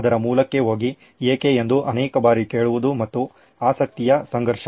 ಅದರ ಮೂಲಕ್ಕೆ ಹೋಗಿ ಏಕೆ ಎಂದು ಅನೇಕ ಬಾರಿ ಕೇಳುವುದು ಮತ್ತು ಆಸಕ್ತಿಯ ಸಂಘರ್ಷ